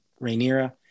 Rhaenyra